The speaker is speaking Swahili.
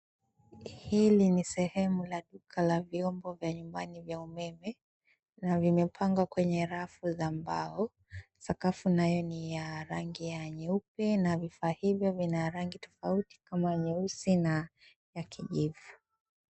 Hili ni sehemu la duka la vyombo vya nyumbani vya umeme na vimepangwa kwenye rafu za mbao, sakafu nayo ni ya rangi ya nyeupe na vifaa hivyo vina rangi tofauti kama nyeusi na kijivu.